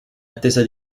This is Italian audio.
attesa